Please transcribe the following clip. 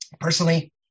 personally